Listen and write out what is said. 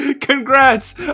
Congrats